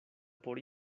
por